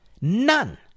None